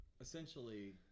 essentially